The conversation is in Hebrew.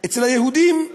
אצל היהודים,